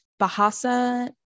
Bahasa